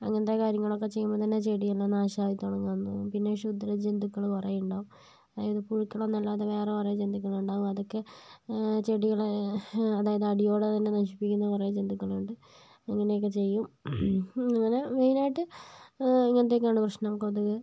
അങ്ങനത്തെ കാര്യങ്ങൾ ഒക്കെ ചെയ്യുമ്പോൾ തന്നെ ചെടി എല്ലാം നാശം ആയി തുടങ്ങും പിന്നെ ക്ഷുദ്ര ജന്തുക്കള് കുറെ ഉണ്ടാകും അതായത് പുഴുക്കളൊന്നുമല്ലാതെ വേറെ കുറെ ജന്തുക്കള് ഉണ്ടാകും അതൊക്കെ ചെടികളെ അതായത് അടിയോടെ തന്നെ നശിപ്പിക്കുന്ന കുറെ ജന്തുക്കള് ഉണ്ട് ഇങ്ങനെ ഒക്കെ ചെയ്യും അങ്ങനെ മെയിൻ ആയിട്ട് ഇങ്ങനത്തെ ഒക്കെ ആണ് പ്രശ്നം കൊതുക്